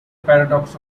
paradox